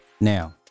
Now